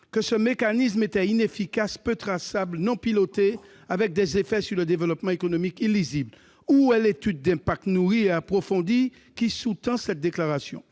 que ce mécanisme était inefficace, peu traçable, non piloté, avec des effets sur le développement économique illisibles. Où est l'étude d'impact nourrie et approfondie qui sous-tend cette déclaration